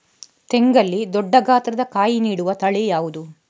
ತೆಂಗಲ್ಲಿ ದೊಡ್ಡ ಗಾತ್ರದ ಕಾಯಿ ನೀಡುವ ತಳಿ ಯಾವುದು?